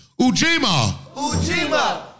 Ujima